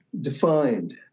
defined